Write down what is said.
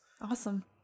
Awesome